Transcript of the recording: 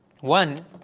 One